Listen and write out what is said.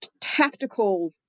tactical